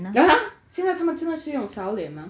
!huh! 现在他们真的是用扫脸吗